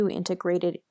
integrated